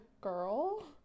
girl